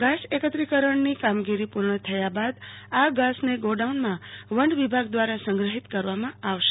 ઘાસ એકત્રીકરણની કામગીરી પૂર્ણ થયા બાદ આ ધાસને ગોદાઉનમાં વન વિભાગ દ્વારા સંગ્રહિત કરવામાં આવશે